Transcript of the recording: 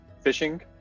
fishing